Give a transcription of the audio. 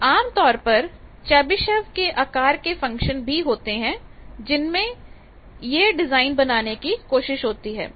अब आम तौर पर चैबीशेव के आकार के फंक्शन भी होते हैं जिनसे यह डिजाइन बनाने की कोशिश होती है